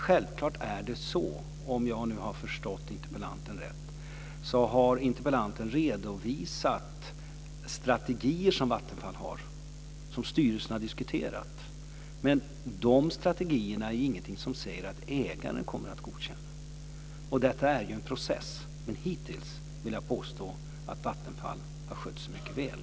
Självklart har interpellanten, om jag nu har förstått honom rätt, redovisat strategier som styrelsen i Vattenfall har diskuterat. Men det är ingenting som säger att ägaren kommer att godkänna de strategierna. Detta är en process. Men hittills vill jag påstå att Vattenfall har skött sig mycket väl.